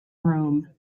rome